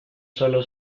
sólo